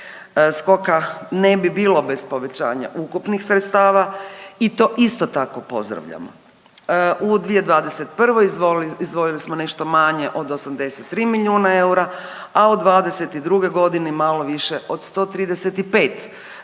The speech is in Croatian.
Skoka ne bi bilo bez povećanja ukupnih sredstava i to isto tako pozdravljamo. U 2021. izdvojili smo nešto manje od 83 milijuna eura, a u 2022. godini malo više od 135 milijuna.